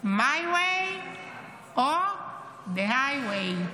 my way או the highway.